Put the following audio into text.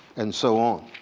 and so on.